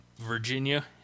Virginia